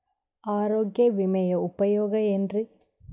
ಆರೋಗ್ಯ ವಿಮೆಯ ಉಪಯೋಗ ಏನ್ರೀ?